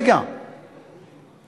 ברגע ברגע.